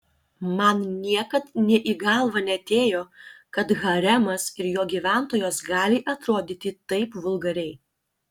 man niekad nė į galvą neatėjo kad haremas ir jos gyventojos gali atrodyti taip vulgariai